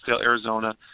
Arizona